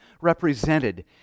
represented